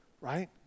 right